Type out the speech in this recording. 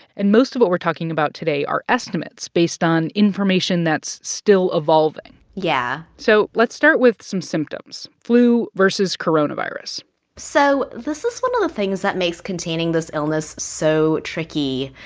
and most of what we're talking about today are estimates based on information that's still evolving yeah so let's start with some symptoms flu versus coronavirus so this is one of the things that makes containing this illness so tricky.